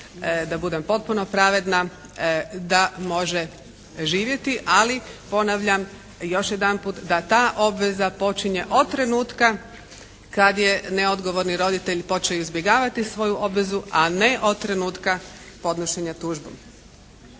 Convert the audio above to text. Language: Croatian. da budem potpuno pravedna da može živjeti. Ali ponavljam još jedanput da ta obveza počinje od trenutka kad je neodgovorni roditelj počeo izbjegavati svoju obvezu, a ne od trenutka podnošenja tužbe.